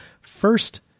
first